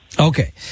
Okay